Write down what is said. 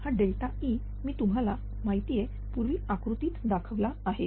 हा ΔE मी तुम्हाला माहितीये पूर्वी आकृतीत दाखविला आहे